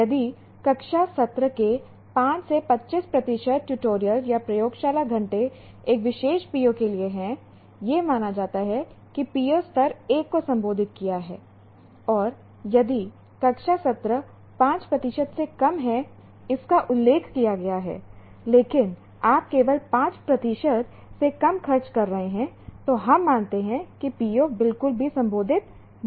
यदि कक्षा सत्र के 5 से 25 प्रतिशत ट्यूटोरियल या प्रयोगशाला घंटे एक विशेष PO के लिए हैं यह माना जाता है कि PO स्तर 1 को संबोधित किया और यदि कक्षा सत्र 5 प्रतिशत से कम हैं इसका उल्लेख किया गया है लेकिन आप केवल 5 प्रतिशत से कम खर्च कर रहे हैं तो हम मानते हैं कि PO बिल्कुल भी संबोधित नहीं है